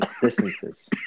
distances